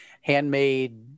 handmade